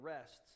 rests